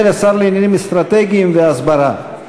ולשר לעניינים אסטרטגיים והסברה.